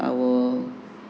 I will